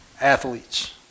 athletes